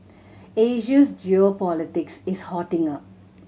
Asia's geopolitics is hotting up